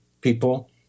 people